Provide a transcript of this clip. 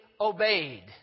obeyed